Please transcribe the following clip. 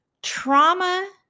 Trauma